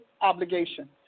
obligation